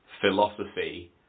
philosophy